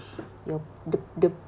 your the the